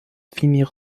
finir